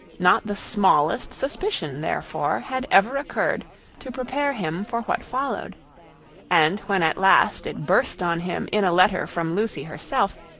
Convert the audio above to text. not the smallest suspicion, therefore, had ever occurred to prepare him for what followed and when at last it burst on him in a letter from lucy herself,